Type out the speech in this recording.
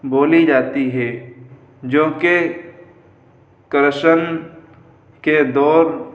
بولی جاتی ہے جو کہ کرشن کے دور